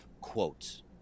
quotes